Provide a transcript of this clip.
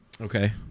Okay